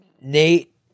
Nate